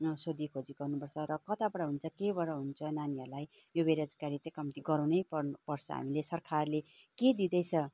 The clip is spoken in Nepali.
सोधीखोजी गर्नुपर्छ र कताबाट हुन्छ केबाट हुन्छ नानीहरूलाई यो बेरोजगारी चाहिँ कम्ती गराउनै पर्छ हामीले सरकारले के दिँदैछ